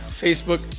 Facebook